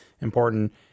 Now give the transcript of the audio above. important